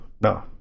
no